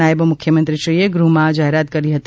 નાયબ મુખ્યમંત્રીશ્રીએ ગૃહમાં આ જાહેરાત કરી હતી